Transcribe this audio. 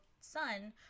son